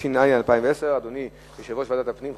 התש"ע 2010. אדוני יושב-ראש ועדת הפנים,